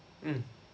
mmhmm